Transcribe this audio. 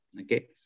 Okay